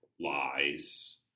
lies